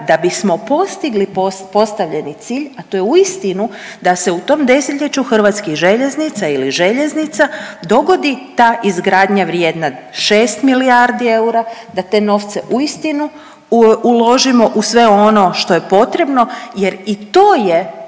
da bismo postigli postavljeni cilj a to je uistinu da se u tom desetljeću hrvatskih željeznica ili željeznica dogodi ta izgradnja vrijedna 6 milijardi eura, da te novce uistinu uložimo u sve ono što je potrebno. Jer i to je